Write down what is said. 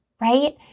right